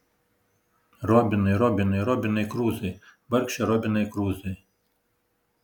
robinai robinai robinai kruzai vargše robinai kruzai